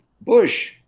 Bush